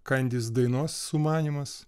kandis dainos sumanymas